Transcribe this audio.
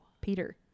Peter